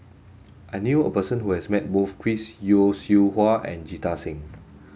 I knew a person who has met both Chris Yeo Siew Hua and Jita Singh